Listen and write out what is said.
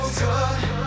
good